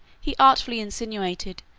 he artfully insinuated,